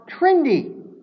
trendy